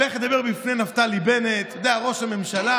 הולך לדבר בפני נפתלי בנט, אתה יודע, ראש הממשלה,